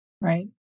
Right